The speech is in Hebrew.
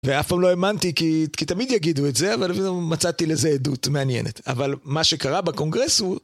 ואף פעם לא האמנתי כי תמיד יגידו את זה, אבל מצאתי לזה עדות מעניינת. אבל מה שקרה בקונגרס הוא...